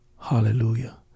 hallelujah